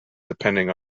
depending